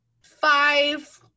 five